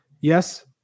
yes